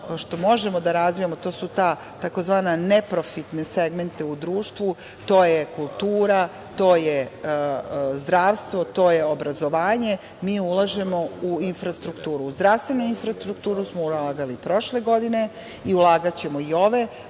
što možemo da razvijamo, to su ta tzv. neprofitne segmente u društvu, to je kultura, to je zdravstvo, to je obrazovanje, mi ulažemo u infrastrukturu. U zdravstvenu infrastrukturu smo ulagali prošle godine i ulagaćemo i ove,